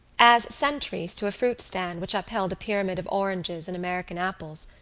as sentries to a fruit-stand which upheld a pyramid of oranges and american apples,